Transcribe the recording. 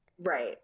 Right